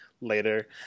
later